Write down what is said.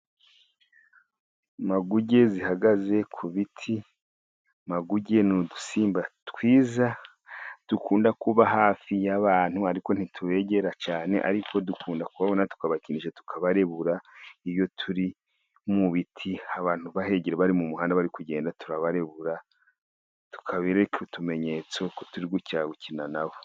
Maguge zihagaze ku biti, maguge n'udusimba twiza dukunda kuba hafi y'abantu ariko ntitubegera cyane, ariko dukunda kubabona tukabakinisha tukabarebura, iyo turi mu biti abantu bahegere bari mu muhanda bari kugenda turabarebura, tukabereka utumenyetso ko turi dushaka gukina nabo.